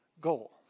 goal